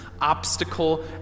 obstacle